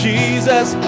Jesus